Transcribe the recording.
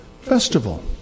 festival